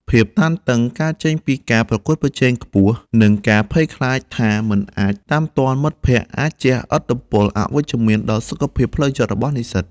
ភាពតានតឹងកើតចេញពីការប្រកួតប្រជែងខ្ពស់ និងការភ័យខ្លាចថាមិនអាចតាមទាន់មិត្តភ័ក្តិអាចជះឥទ្ធិពលអវិជ្ជមានដល់សុខភាពផ្លូវចិត្តរបស់និស្សិត។